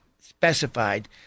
specified